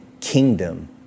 kingdom